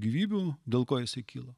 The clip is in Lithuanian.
gyvybių dėl ko jisai kilo